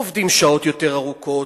הם עובדים שעות יותר ארוכות,